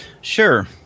Sure